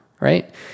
right